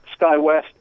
SkyWest